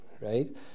Right